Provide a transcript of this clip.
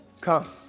Come